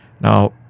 Now